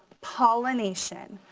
pollination,